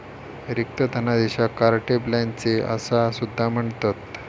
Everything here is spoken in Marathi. रिक्त धनादेशाक कार्टे ब्लँचे असा सुद्धा म्हणतत